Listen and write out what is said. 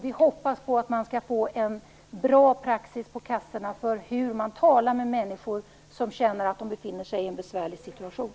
Vi hoppas att kassorna skall få en bra praxis när det gäller att tala med människor som känner att de befinner sig i en besvärlig situation.